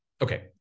okay